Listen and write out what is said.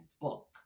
book